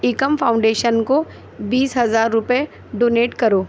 ایکم foundation کو بیس ہزار روپے ڈونیٹ کرو